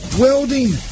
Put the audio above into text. welding